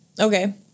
Okay